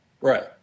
Right